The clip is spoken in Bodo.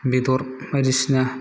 बेदर बायदिसिना